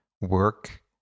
work